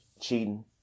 cheating